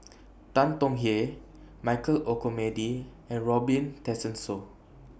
Tan Tong Hye Michael Olcomendy and Robin Tessensohn